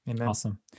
Awesome